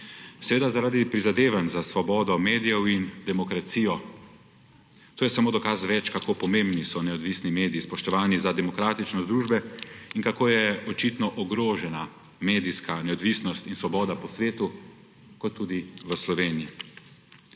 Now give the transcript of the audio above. Seveda zaradi prizadevanj za svobodo medijev in demokracijo. To je samo dokaz več, kako pomembni so neodvisni, spoštovani, za demokratičnost družbe in kako je očitno ogrožena medijska neodvisnost in svoboda po svetu kot tudi v Sloveniji.